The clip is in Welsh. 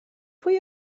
pwy